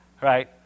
right